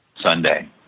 Sunday